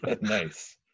Nice